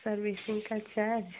servicing का charge